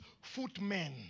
footmen